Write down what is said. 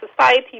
society